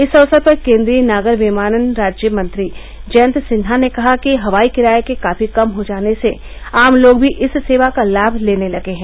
इस अवसर पर केन्द्रीय नागर विमानन राज्य मंत्री जयंत सिन्हा ने कहा कि हवाई किराये र्क काफी कम हो जाने से आम लोग भी इस सेवा का लाम लेने लगे हैं